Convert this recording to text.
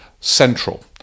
central